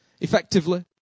Effectively